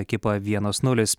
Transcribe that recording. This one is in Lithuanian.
ekipą vienas nulis